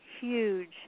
huge